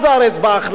בהכללה,